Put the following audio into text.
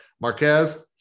Marquez